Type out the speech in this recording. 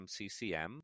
MCCM